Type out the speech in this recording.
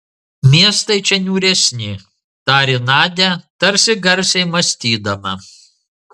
miestai čia niūresni tarė nadia tarsi garsiai mąstydama